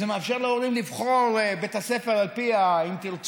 וזה מאפשר להורים לבחור את בית הספר על פי האתוס